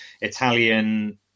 italian